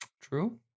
True